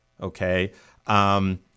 Okay